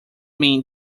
mean